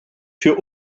für